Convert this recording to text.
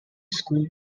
school